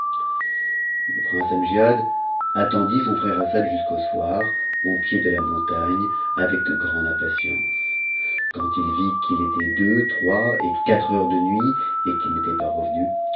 le prince amgiad attendit son frère assad jusqu'au soir au p'ctt montagne avec grande impatience quand il vit qu'il était deux et quatre heures de nuit et qu'il n'était pas revenu